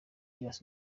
yose